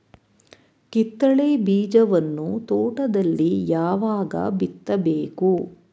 ಕಿತ್ತಳೆ ಬೀಜವನ್ನು ತೋಟದಲ್ಲಿ ಯಾವಾಗ ಬಿತ್ತಬೇಕು?